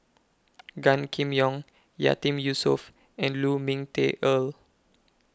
Gan Kim Yong Yatiman Yusof and Lu Ming Teh Earl